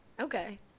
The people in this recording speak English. Okay